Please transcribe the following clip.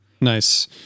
Nice